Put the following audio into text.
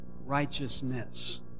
righteousness